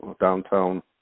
downtown